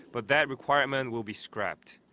but that requirement will be scrapped.